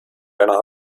einer